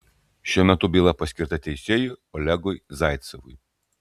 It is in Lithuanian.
šiuo metu byla paskirta teisėjui olegui zaicevui